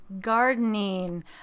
gardening